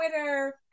twitter